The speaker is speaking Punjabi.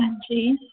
ਹਾਂਜੀ